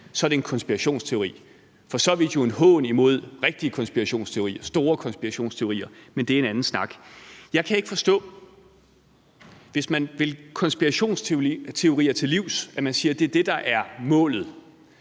er det en konspirationsteori, hvilket jo for så vidt er en hån mod rigtige konspirationsteorier, store konspirationsteorier, men det er en anden snak. Jeg kan ikke forstå, hvorfor man, hvis man vil konspirationsteorier til livs og siger, at det er det, der er målet,